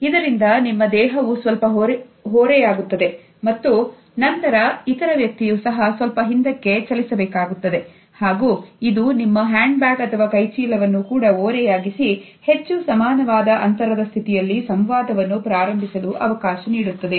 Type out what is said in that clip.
ಇದರಿಂದ ನಿಮ್ಮ ದೇಹವು ಸ್ವಲ್ಪ ಹೊರೆಯಾಗುತ್ತದೆ ಮತ್ತು ನಂತರ ಇತರ ವ್ಯಕ್ತಿಯು ಸಹ ಸ್ವಲ್ಪ ಹಿಂದಕ್ಕೆ ಚಲಿಸಬೇಕಾಗುತ್ತದೆ ಹಾಗೂ ಇದು ನಿಮ್ಮ ಹ್ಯಾಂಡ್ ಬ್ಯಾಗ್ ಅಥವಾ ಕೈಚೀಲವನ್ನು ಓರೆಯಾಗಿಸಿ ಹೆಚ್ಚು ಸಮಾನವಾದ ಅಂತರದ ಸ್ಥಿತಿಯಲ್ಲಿ ಸಂವಾದವನ್ನು ಪ್ರಾರಂಭಿಸಲು ಅವಕಾಶ ನೀಡುತ್ತದೆ